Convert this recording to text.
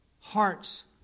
hearts